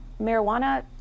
Marijuana